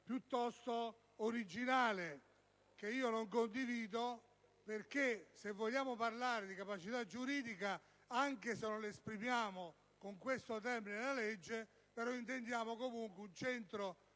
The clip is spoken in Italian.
piuttosto originale, che non condivido. Se vogliamo parlare di capacità giuridica, anche se non utilizziamo questo termine nella legge, intendiamo comunque un centro